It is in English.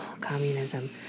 Communism